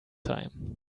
time